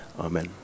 Amen